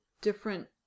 different